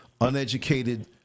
uneducated